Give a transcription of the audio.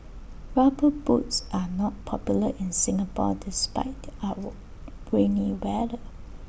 rubber boots are not popular in Singapore despite the our rainy weather